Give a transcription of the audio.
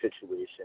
situation